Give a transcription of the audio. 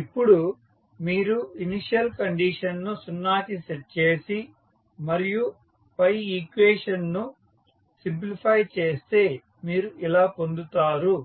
ఇప్పుడు మీరు ఇనిషియల్ కండిషన్ను 0 కి సెట్ చేసి మరియు పై ఈక్వేషన్ ను సింప్లిఫై చేస్తే మీరు ఇలా పొందుతారు